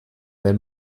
wenn